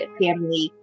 family